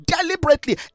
deliberately